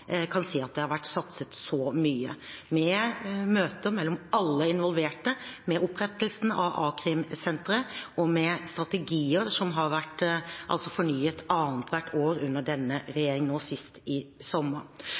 si at det har vært satset så mye, med møter mellom alle involverte, med opprettelsen av a-krimsenteret, og med strategier som har blitt fornyet annethvert år under denne regjeringen – nå sist i sommer.